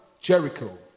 Jericho